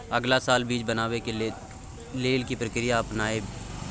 अगला साल बीज बनाबै के लेल के प्रक्रिया अपनाबय?